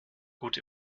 gut